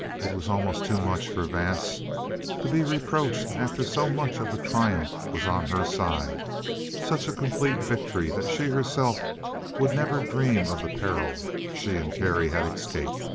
it was almost too much for vance to be reproached after so much of the triumph was on her side such a complete victory that she herself would never dream of the peril she and terry had escaped.